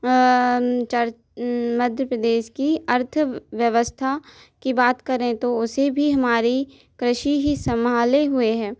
चर मध्य प्रदेश की अर्थव्यवस्था की बात करें तो उसे भी हमारी कृषि ही संभाले हुए है